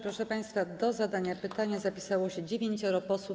Proszę państwa, do zadania pytania zapisało się dziewięcioro posłów.